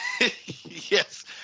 Yes